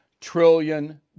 trillion